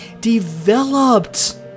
developed